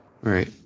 Right